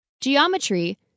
Geometry